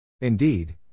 Indeed